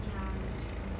ya that's true